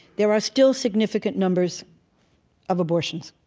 there are still significant numbers of abortions,